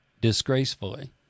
disgracefully